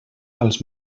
als